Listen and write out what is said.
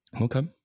Okay